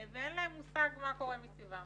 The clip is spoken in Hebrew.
ואין להם מושג מה קורה מסביבם.